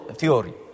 theory